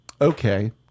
okay